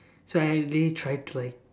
so I really tried to like